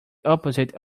opposite